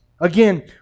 Again